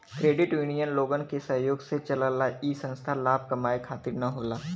credit union लोगन के सहयोग से चलला इ संस्था लाभ कमाये खातिर न होला